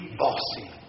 bossy